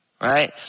Right